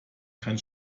kein